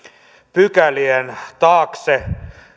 pykälien taakse